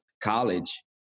college